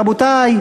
רבותי,